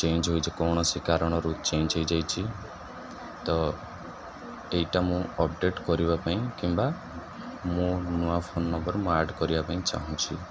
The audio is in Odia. ଚେଞ୍ଜ ହୋଇଛି କୌଣସି କାରଣରୁ ଚେଞ୍ଜ ହେଇଯାଇଛି ତ ଏଇଟା ମୁଁ ଅପଡ଼େଟ୍ କରିବା ପାଇଁ କିମ୍ବା ମୋ ନୂଆ ଫୋନ ନମ୍ବର ମୁଁ ଆଡ଼୍ କରିବା ପାଇଁ ଚାହୁଁଛି